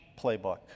playbook